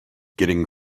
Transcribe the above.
getting